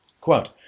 Quote